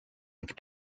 have